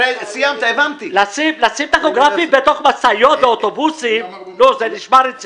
לשים טכוגרפים בתוך משאיות ואוטובוסים זה נשמע רציני?